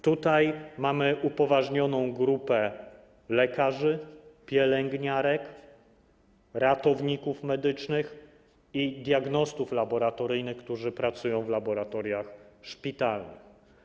Tutaj mamy upoważnioną grupę lekarzy, pielęgniarek, ratowników medycznych i diagnostów laboratoryjnych, którzy pracują w laboratoriach szpitalnych.